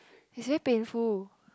it's very painful